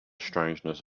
strangeness